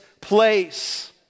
place